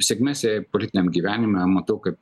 sėkmės jai politiniam gyvenime matau kaip